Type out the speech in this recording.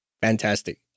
fantastic